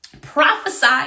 prophesy